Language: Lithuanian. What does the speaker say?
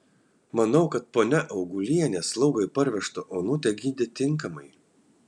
manau kad ponia augulienė slaugai parvežtą onutę gydė tinkamai